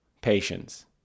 patience